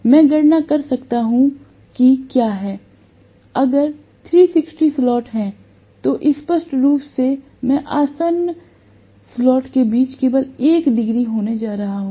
मैं गणना कर सकता हूं कि क्या है अगर 360 स्लॉट हैं तो स्पष्ट रूप से मैं 2 आसन्न स्लॉट के बीच केवल 1 डिग्री होने जा रहा हूं